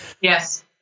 Yes